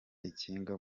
ikinga